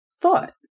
Thought